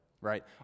Right